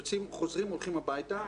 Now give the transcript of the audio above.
יוצאים וחוזרים הביתה.